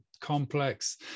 complex